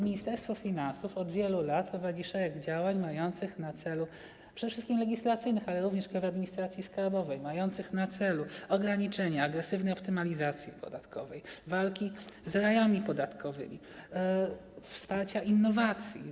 Ministerstwo Finansów od wielu lat prowadzi szereg działań przede wszystkim legislacyjnych, ale również w Krajowej Administracji Skarbowej mających na celu ograniczenie agresywnej optymalizacji podatkowej, walkę z rajami podatkowymi, wsparcie innowacji.